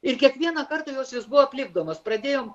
ir kiekvieną kartą jos vis buvo aplipdomos pradėjom